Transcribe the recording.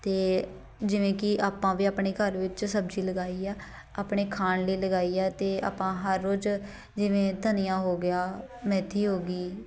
ਅਤੇ ਜਿਵੇਂ ਕਿ ਆਪਾਂ ਵੀ ਆਪਣੇ ਘਰ ਵਿੱਚ ਸਬਜ਼ੀ ਲਗਾਈ ਆ ਆਪਣੇ ਖਾਣ ਲਈ ਲਗਾਈ ਆ ਅਤੇ ਆਪਾਂ ਹਰ ਰੋਜ਼ ਜਿਵੇਂ ਧਨੀਆ ਹੋ ਗਿਆ ਮੇਥੀ ਹੋ ਗਈ